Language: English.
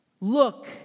look